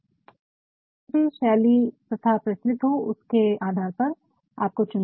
तो जो भी शैली प्रथा प्रचलित हो उसके आधार पर आपको चुनना है